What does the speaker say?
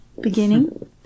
beginning